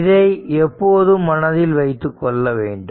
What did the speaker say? இதை எப்போதும் மனதில் வைத்துக்கொள்ள வேண்டும்